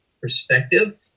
perspective